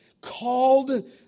called